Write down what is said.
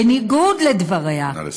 בניגוד לדבריה, נא לסיים.